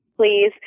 Please